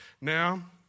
Now